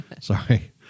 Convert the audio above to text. Sorry